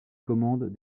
commandent